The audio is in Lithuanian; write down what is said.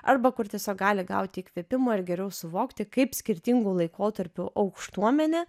arba kur tiesiog gali gauti įkvėpimo ir geriau suvokti kaip skirtingų laikotarpių aukštuomenė